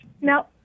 No